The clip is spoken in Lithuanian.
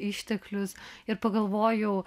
išteklius ir pagalvojau